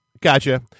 gotcha